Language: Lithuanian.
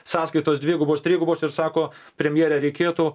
sąskaitos dvigubos trigubos ir sako premjere reikėtų